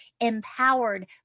empowered